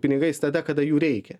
pinigais tada kada jų reikia